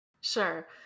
Sure